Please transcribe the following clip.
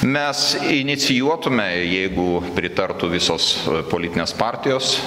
mes inicijuotume jeigu pritartų visos politinės partijos